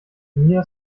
mir